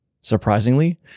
Surprisingly